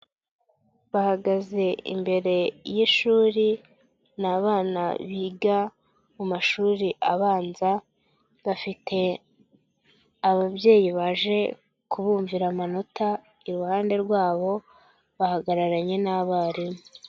Bahagaze imbere y'ishuri, ni abana biga mu mashuri abanza, bafite ababyeyi baje kubumvira amanota iruhande rwabo, bahagararanye n'abarimu.